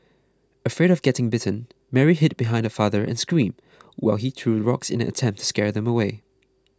afraid of getting bitten Mary hid behind her father and screamed while he threw rocks in an attempt to scare them away